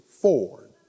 Ford